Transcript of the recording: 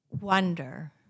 wonder